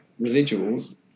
residuals